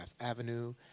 Avenue